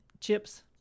chips